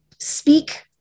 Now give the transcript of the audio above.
speak